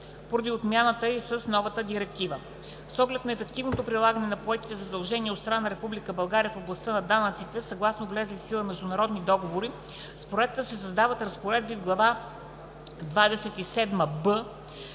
поради отмяната й с новата директива. С оглед на ефективното прилагане на поетите задължения от страна на Република България в областта на данъците съгласно влезли в сила международни договори с Проекта се създават разпоредби в глава